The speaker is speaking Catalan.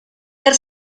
per